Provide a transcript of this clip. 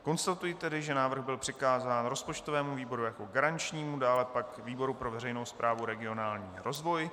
Konstatuji tedy, že návrh byl přikázán rozpočtovému výboru jako garančnímu, dále pak výboru pro veřejnou správu a regionální rozvoj.